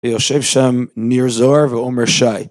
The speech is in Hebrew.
יושב שם ניר זוהר ועומר שי.